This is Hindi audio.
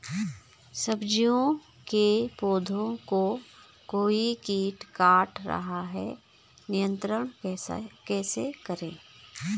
सब्जियों के पौधें को कोई कीट काट रहा है नियंत्रण कैसे करें?